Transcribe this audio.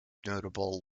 notable